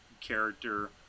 character